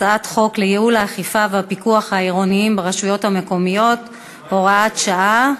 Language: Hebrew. הצעת חוק לייעול האכיפה והפיקוח העירוניים ברשויות המקומיות (הוראת שעה)